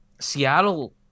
Seattle